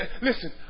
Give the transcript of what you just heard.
listen